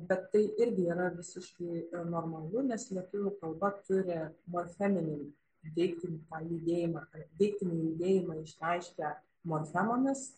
bet tai irgi yra visiškai normalu nes lietuvių kalba turi morfeminį deiktinį tą judėjimą deiktinį judėjimą išreiškia morfemomis